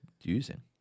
using